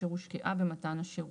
אשר הושקעה במתן השירות.